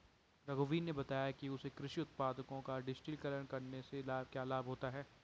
रघुवीर ने बताया कि उसे कृषि उत्पादों का डिजिटलीकरण करने से क्या लाभ होता है